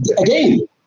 again